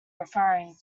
referring